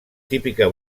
típica